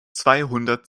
zweihundert